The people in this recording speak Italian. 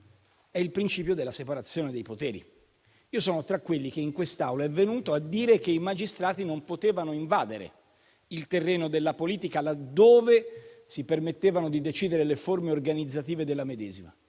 è il principio della separazione dei poteri. Io sono tra quelli che in questa Aula è venuto a dire che i magistrati non potevano invadere il terreno della politica laddove si permettevano di decidere le forme organizzative della medesima.